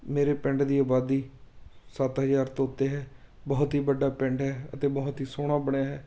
ਮੇਰੇ ਪਿੰਡ ਦੀ ਆਬਾਦੀ ਸੱਤ ਹਜ਼ਾਰ ਤੋਂ ਉੱਤੇ ਹੈ ਬਹੁਤ ਹੀ ਵੱਡਾ ਪਿੰਡ ਹੈ ਅਤੇ ਬਹੁਤ ਹੀ ਸੋਹਣਾ ਬਣਿਆ ਹੈ